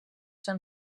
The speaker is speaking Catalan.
són